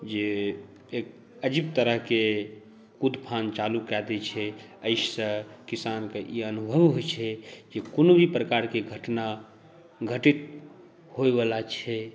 जे एक अजीब तरहकेँ कूदफान चालू कए दैत छै एहिसँ किसानकेँ ई अनुभव होइत छै कि कोनो भी प्रकारके घटना घटित होय वला छै